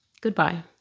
goodbye